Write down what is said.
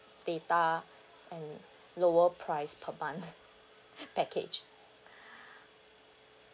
data and lower price per month package